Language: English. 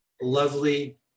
lovely